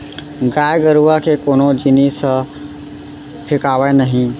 गाय गरूवा के कोनो जिनिस ह फेकावय नही